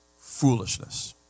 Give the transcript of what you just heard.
foolishness